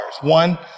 One